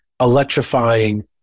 electrifying